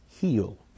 heal